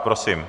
Prosím.